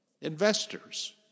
investors